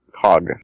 Cog